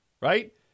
right